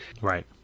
Right